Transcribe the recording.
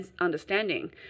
understanding